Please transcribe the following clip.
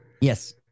Yes